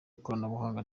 ikoranabuhanga